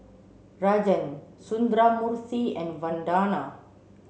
Rajan Sundramoorthy and Vandana